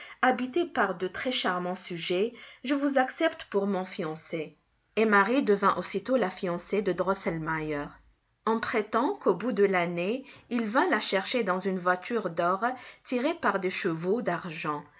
habité par de très charmants sujets je vous accepte pour mon fiancé et marie devint aussitôt la fiancée de drosselmeier on prétend qu'au bout de l'année il vint la chercher dans une voiture d'or tirée par des chevaux d'argent